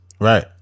right